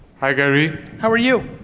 hi, gary. how are you?